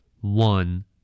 One